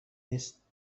نیست